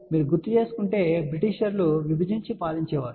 మీరు గుర్తుచేసుకుంటే బ్రిటిషర్లు విభజించి పాలించేవారు